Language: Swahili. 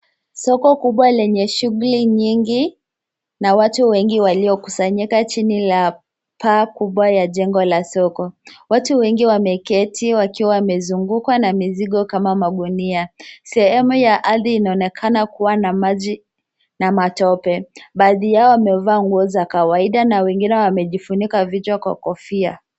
Soko kubwa lenye shughuli nyingi na watu wengi waliokusanyika chini la paa kubwa la jengo ya soko. Watu wengi wameketi wakiwa wamezungukwa na mizigo kama magunia. Sehemu ya ardhi inaonekana kuwa na maji na matope. Baadhi yao wamevaa nguo za kawaida na wengine wamejifunika vichwa kwa kofia.